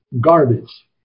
Garbage